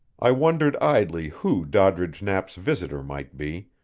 i wondered idly who doddridge knapp's visitor might be,